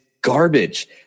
garbage